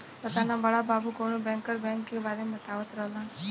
पाता ना बड़ा बाबु कवनो बैंकर बैंक के बारे में बतावत रहलन